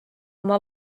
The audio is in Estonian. oma